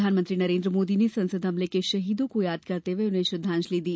प्रधानमंत्री नरेन्द्र मोदी ने संसद हमले के शहीदों को याद करते हुये उन्हें श्रद्वांजलि दी